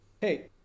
hey